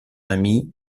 amie